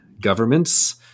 governments